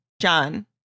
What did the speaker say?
John